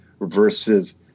versus